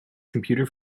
computer